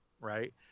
Right